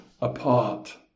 apart